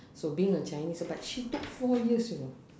so being a chinese but she took four years you know